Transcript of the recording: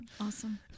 Awesome